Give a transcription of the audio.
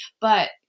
But-